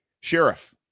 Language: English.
sheriff